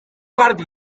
garbi